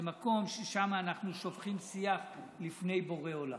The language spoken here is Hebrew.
זה מקום ששם אנחנו שופכים שיח בפני בורא עולם.